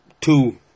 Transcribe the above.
two